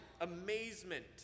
amazement